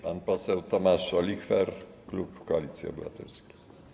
Pan poseł Tomasz Olichwer, klub Koalicji Obywatelskiej.